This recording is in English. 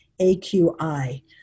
AQI